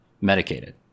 medicated